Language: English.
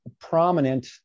prominent